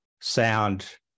sound